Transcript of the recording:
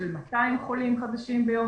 שזה 200 חולים חדשים ביום,